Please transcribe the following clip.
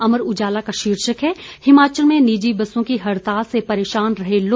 अमर उजाला का शीर्षक है हिमाचल में निजी बसों की हड़ताल से परेशान रहे लोग